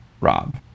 Rob